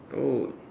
oh